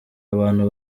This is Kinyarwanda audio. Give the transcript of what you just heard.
abantu